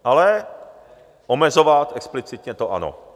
Ale omezovat explicitně, to ano.